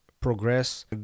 progress